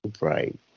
Right